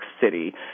City